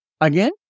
Again